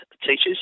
teachers